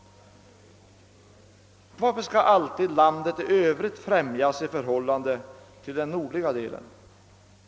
— Varför skall alltid landet i övrigt främjas i förhållande till den nordliga delen?